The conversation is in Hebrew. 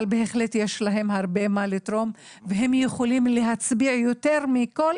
בהחלט יש להם הרבה מה לתרום והם יכולים להצביע יותר מכל